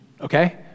okay